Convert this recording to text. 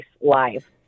live